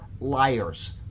liars